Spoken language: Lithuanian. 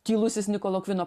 tylusis nikolo kvino